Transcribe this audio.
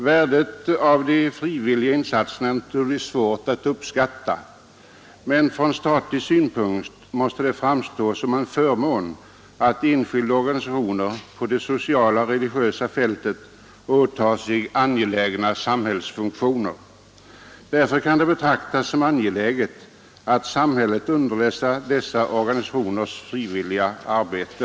Värdet av de frivilliga insatserna är naturligtvis svårt att uppskatta, men från statlig synpunkt måste det framstå som en förmån att enskilda organisationer på det sociala och religiösa fältet åtar sig angelägna samhällsfunktioner. Därför kan det betraktas som angeläget att samhället underlättar dessa organisationers frivilliga arbete.